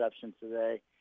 today